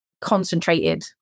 concentrated